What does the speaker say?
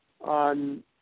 on